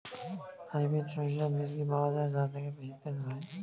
Hybrid শরিষা বীজ কি পাওয়া য়ায় যা থেকে বেশি তেল হয়?